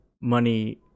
money